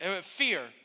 fear